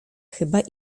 chyba